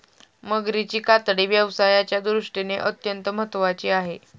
मगरीची कातडी व्यवसायाच्या दृष्टीने अत्यंत महत्त्वाची आहे